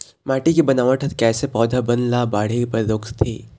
माटी के बनावट हर कइसे पौधा बन ला बाढ़े बर रोकथे?